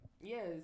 Yes